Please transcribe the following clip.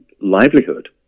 livelihood